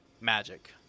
Magic